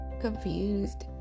confused